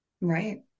Right